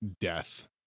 death